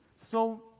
so,